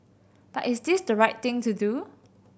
but is this the right thing to do